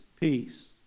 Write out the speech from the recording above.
peace